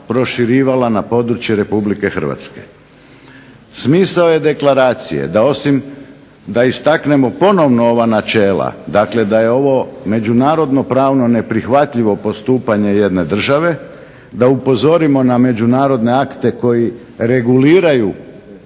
proširivala na područje RH. Smisao je deklaracije da osim da istaknemo ponovno ova načela, dakle da je ovo međunarodno pravno neprihvatljivo postupanje jedne države, da upozorimo na međunarodne akte koji reguliraju